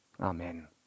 Amen